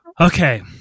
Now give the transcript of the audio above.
okay